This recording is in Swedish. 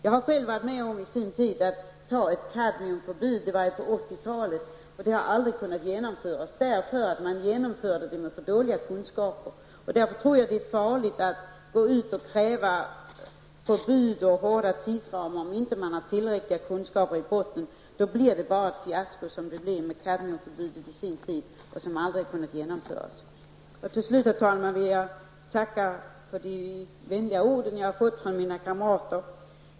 Jag har själv varit med om att fatta beslut om förbud i fråga om kadmium. Det var på 80-talet. Men det beslutet har aldrig kunnat genomföras, därför att det genomdrevs utifrån alltför dåliga kunskaper. Således tror jag att det är farligt att kräva förbud och hårda tidsramar om det inte finns tillräckliga kunskaper i botten, för då blir det hela bara ett fiasko -- precis som det blev med förbudet i fråga om kadmium, ett beslut som alltså aldrig har kunnat genomföras. Till slut, herr talman, vill jag tacka för de vänliga ord som jag har fått höra från mina kamrater.